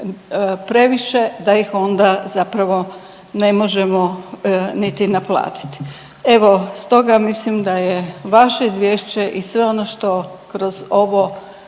previše da ih onda zapravo ne možemo niti naplatiti. Evo, stoga mislim da je vaše izvješće i sve ono što kroz ovo